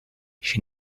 she